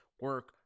Work